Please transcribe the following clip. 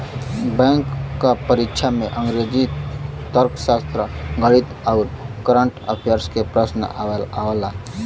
bank क परीक्षा में अंग्रेजी, तर्कशास्त्र, गणित आउर कंरट अफेयर्स के प्रश्न आवला